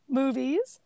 movies